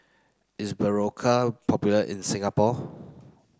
is Berocca popular in Singapore